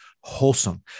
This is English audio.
wholesome